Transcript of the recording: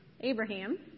Abraham